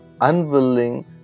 unwilling